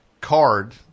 card